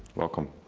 welcome.